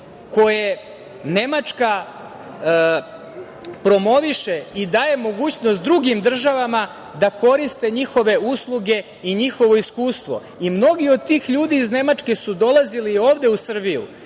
koje Nemačka promoviše i daje mogućnost drugim državama da koriste njihove usluge i njihovo iskustvo. Mnogi od tih ljudi su dolazili ovde u Srbiju